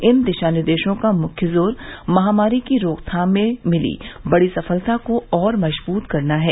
इन दिशानिर्देशों का मुख्य जोर महामारी की रोकथाम में मिली बड़ी सफलता को और मजबूत करना है